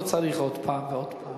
לא צריך עוד פעם ועוד פעם,